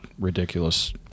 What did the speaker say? ridiculous